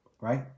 right